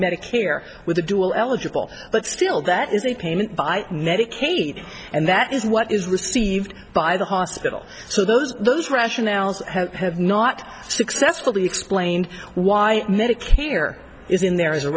medicare with the dual eligible but still that is a payment by medicaid and that is what is received by the hospital so those those rationales have not successfully explained why medicare is in there is a